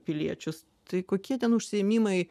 piliečius tai kokie ten užsiėmimai